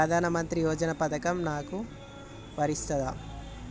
ప్రధానమంత్రి యోజన పథకం నాకు వర్తిస్తదా?